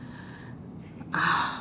ah